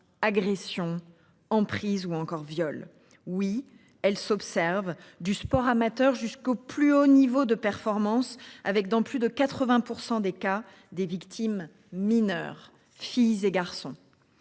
agression en emprise ou encore Viol oui elle s'observe du sport amateur jusqu'au plus haut niveau de performance avec dans plus de 80% des cas des victimes mineures, filles et garçons.